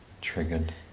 triggered